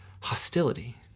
hostility